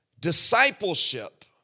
Discipleship